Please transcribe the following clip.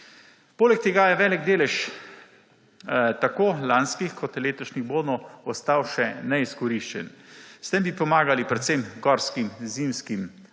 Poleg tega je velik delež tako lanskih kot letošnjih bonov ostal še neizkoriščen. S tem bi pomagali predvsem gorskim zimskim